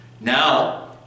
Now